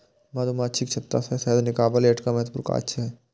मधुमाछीक छत्ता सं शहद निकालब एकटा महत्वपूर्ण काज छियै